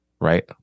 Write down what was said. right